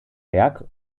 berg